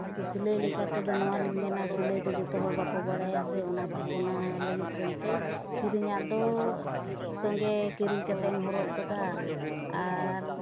ᱟᱫᱚ ᱥᱤᱞᱟᱹᱭ ᱞᱮᱠᱟ ᱛᱮᱫᱚ ᱱᱚᱣᱟᱞᱤᱧ ᱢᱮᱱᱟ ᱥᱤᱞᱟᱹᱭ ᱫᱚ ᱡᱚᱛᱚ ᱦᱚᱲ ᱵᱟᱠᱚ ᱵᱟᱲᱟᱭᱟ ᱥᱮ ᱚᱱᱟ ᱞᱟᱹᱜᱤᱫ ᱥᱮᱫ ᱛᱮ ᱠᱤᱨᱤᱧᱟᱜ ᱫᱚ ᱥᱚᱸᱜᱮ ᱠᱤᱨᱤᱧ ᱠᱟᱛᱮᱢ ᱦᱚᱨᱚᱜ ᱜᱚᱫᱟ ᱟᱨ